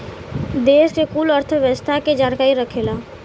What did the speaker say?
देस के कुल अर्थव्यवस्था के जानकारी रखेला